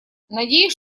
надеюсь